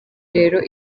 rero